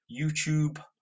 YouTube